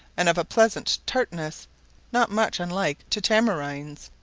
and of a pleasant tartness not much unlike to tamarinds.